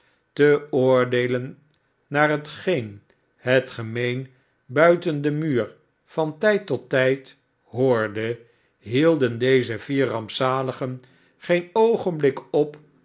te oordeelen naar hetgeen het gemeen buiten den muur van tijd tot tijd hoorde hielden deze vier rampzahgen geen oogenblik op